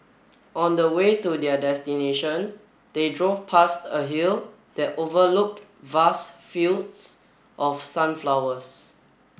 on the way to their destination they drove past a hill that overlooked vast fields of sunflowers